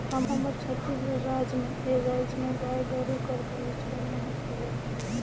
हमर छत्तीसगढ़ राज में ए राएज में गाय गरू कर कहेच कर महत अहे